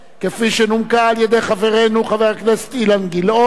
כפי שנומקה על-ידי חברנו חבר הכנסת אילן גילאון,